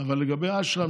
אבל לגבי אשרם,